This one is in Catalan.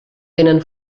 tenen